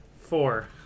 Four